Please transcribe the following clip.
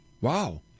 Wow